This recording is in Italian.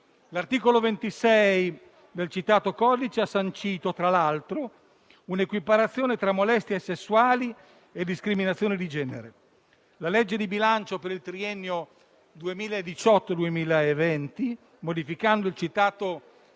L'articolo 26 del citato codice ha sancito, tra l'altro, un'equiparazione tra molestie sessuali e discriminazione di genere. La legge di bilancio, per il triennio 2018-2020, modificando il suddetto